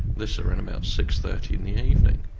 this around ah six. thirty in the evening.